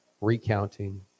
recounting